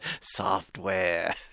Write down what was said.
software